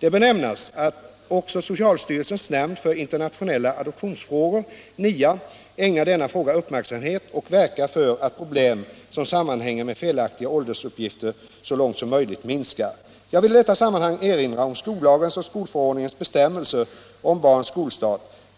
Det bör nämnas att också socialstyrelsens nämnd för internationella adoptionsfrågor, NIA, ägnar denna fråga uppmärksamhet och verkar för att problem som sammanhänger med felaktiga åldersuppgifter så långt möjligt minskar. Jag vill i detta sammanhang erinra om skollagens och skolförordningens bestämmelser om barns skolstart. Bl.